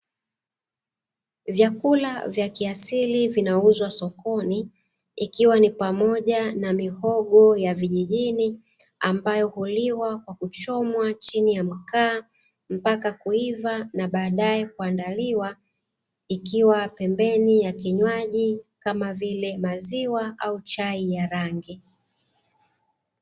Vyakula vya kiasili vinauzwa sokoni, ikiwa ni pamoja na mihogo ya vijijini, ambayo huliwa kwa kuchomwa chini ya mkaa mpaka kuiva na baadaye kuandaliwa; ikiwa pembeni ya kinywaji kama vile maziwa au chai ya rangi.